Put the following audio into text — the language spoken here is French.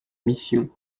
mission